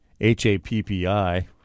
H-A-P-P-I